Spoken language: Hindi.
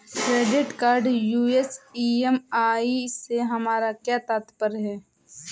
क्रेडिट कार्ड यू.एस ई.एम.आई से हमारा क्या तात्पर्य है?